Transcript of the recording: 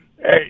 Hey